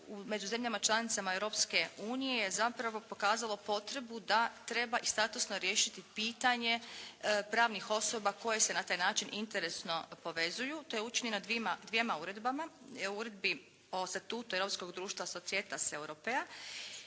među zemljama članicama Europske unije je zapravo pokazalo potrebu da treba i statusno riješiti pitanje pravnih osoba koje se na taj način interesno povezuju. To je učinjeno dvjema uredbama, Uredbi o statutu europskog društva Societas Europea